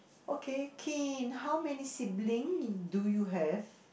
okay Kin how many sibling do you have